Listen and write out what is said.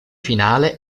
finale